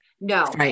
No